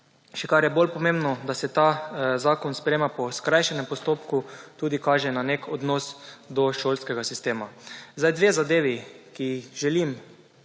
še kar je bolj pomembno, da se ta zakon sprejema po skrajšanem postopku, tudi kaže na nek odnos do šolskega sistema. Zdaj 2 zadevi, ki jih